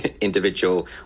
individual